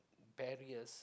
barriers